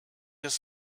his